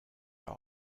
are